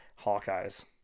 Hawkeyes